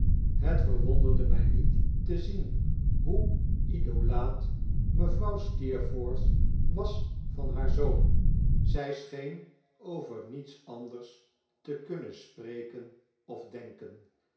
het verwonderde mij niet te zien hoe idolaat mevrouw steerforth was van haar zoon zij scheen over niets anders te kunnen spreken of denken